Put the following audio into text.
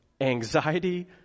anxiety